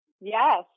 Yes